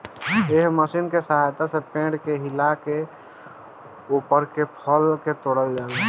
एह मशीन के सहायता से पेड़ के हिला के ओइपर से फल के तोड़ल जाला